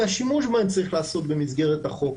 והשימוש בהן צריך להיעשות במסגרת החוק.